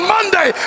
Monday